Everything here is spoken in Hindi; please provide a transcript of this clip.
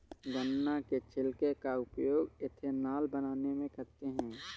गन्ना के छिलके का उपयोग एथेनॉल बनाने में करते हैं